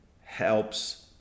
helps